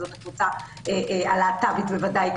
הקבוצה הלהט"בית בוודאי כזאת,